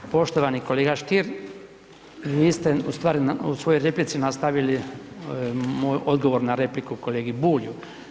Poštovani kolega Stier, vi ste u stvari u svojoj replici nastavili moj odgovor na repliku kolegi Bulju.